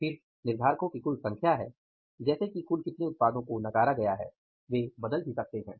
फिर निर्धारको की कुल संख्या है जैसे कि कुल कितने उत्पादों को नकारा गया है वे बदल भी सकते हैं